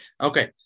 okay